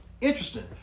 Interesting